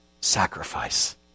sacrifice